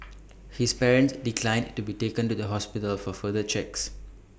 his parents declined to be taken to the hospital for further checks